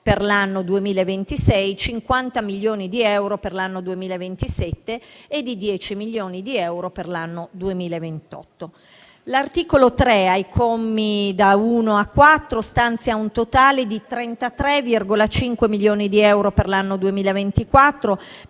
per l'anno 2026, 50 milioni di euro per l'anno 2027 e di 10 milioni di euro per l'anno 2028. L'articolo 3, ai commi da 1 a 4, stanzia un totale di 33,5 milioni di euro per l'anno 2024